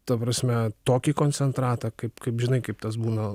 ta prasme tokį koncentratą kaip kaip žinai kaip tas būna